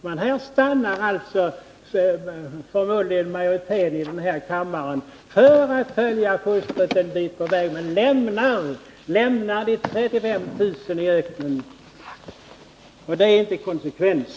Men majoriteten i denna kammare kommer förmodligen att stanna för att följa fostret en bit på väg men lämnar de 35 000 i öknen. Det är inte konsekvent.